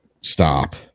Stop